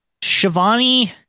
Shivani